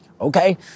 Okay